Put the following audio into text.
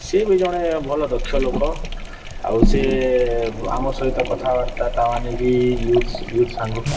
ସେ ବି ଜଣେ ଭଲ ଦକ୍ଷ ଲୋକ ଆଉ ସେ ଆମ ସହିତ କଥାବାର୍ତ୍ତା ତା ମାନେ କି ୟୁଥ୍ ୟୁଥ୍ ସାଙ୍ଗ